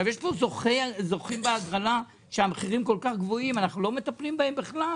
יש פה זוכים בהגרלה והמחירים כל כך גבוהים אנחנו לא מטפלים בהם בכלל.